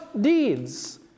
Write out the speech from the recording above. deeds